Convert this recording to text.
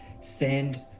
Send